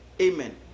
Amen